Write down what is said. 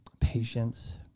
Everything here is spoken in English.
Patience